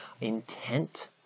intent